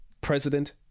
president